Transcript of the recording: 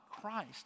Christ